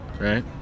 right